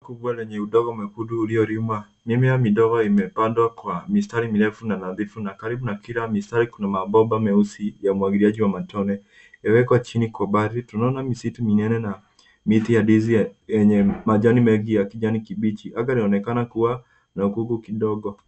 Shamba kubwa lenye udongo mwekundu uliyolimwa. Mimea midogo imepandwa kwa mistari mirefu na nadhifu na karibu na kila mistari kuna mabomba meusi ya umwagiliaji matone iliyowekwa chini. Kwa umbali, tunaona misitu minene na miti ya ndizi yenye majani mengi ya kijani kibichi. Anga linaonekana kuwa na ukuku kidogo.